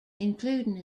including